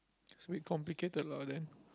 it's a bit complicated lah then